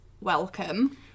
welcome